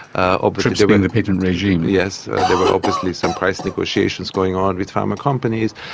ah trips being the patent regime. yes. there were obviously some price negotiations going on with pharma companies.